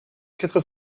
quatre